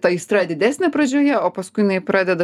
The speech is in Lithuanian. ta aistra didesnė pradžioje o paskui jinai pradeda